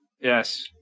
Yes